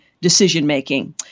decision-making